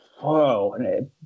whoa